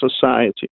Society